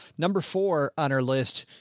number four on our list.